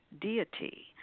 deity